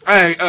Hey